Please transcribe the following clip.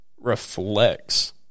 reflects